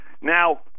Now